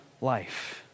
life